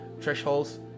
thresholds